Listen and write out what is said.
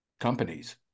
companies